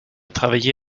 travaillé